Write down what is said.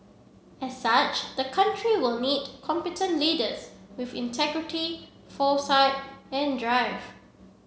as such the country will need competent leaders with integrity foresight and drive